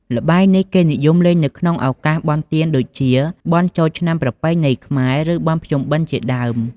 ល្បែងនេះ គេនិយមឃើញលេងនៅក្នុងឱកាសបុណ្យទានដូចជា បុណ្យចូលឆ្នាំប្រពៃណីខ្មែរ ឬបុណ្យភ្ជុំបិណ្ឌ ជាដើម។